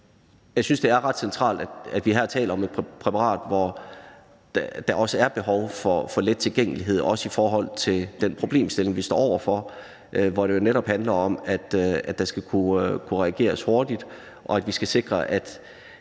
jeg synes, det er ret centralt, at vi her taler om et præparat, hvor der er behov for let tilgængelighed, også i forhold til den problemstilling, vi står over for, hvor det netop handler om, at der skal kunne reageres hurtigt, og at vi skal sikre, at